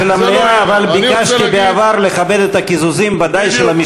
כרגע חבר הכנסת דב חנין מקבל זכות במשך שלוש דקות,